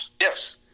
Yes